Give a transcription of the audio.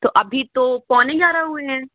तो अभी तो पौने ग्यारह हुए हैं